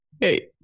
Hey